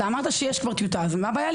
אתה אמרת שיש טיוטה, אז מה הבעיה?